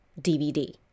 DVD